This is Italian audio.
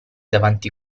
davanti